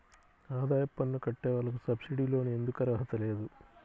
ఆదాయ పన్ను కట్టే వాళ్లకు సబ్సిడీ లోన్ ఎందుకు అర్హత లేదు?